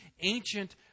ancient